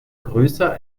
größer